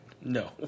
no